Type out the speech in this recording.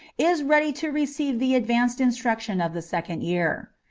is ready to receive the advanced instruction of the second year.